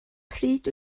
pryd